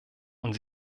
und